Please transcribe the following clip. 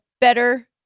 better